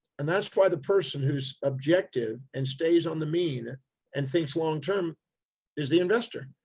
and that's why the person who's objective and stays on the mean and thinks longterm is the investor.